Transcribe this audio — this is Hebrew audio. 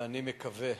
ואני מקווה,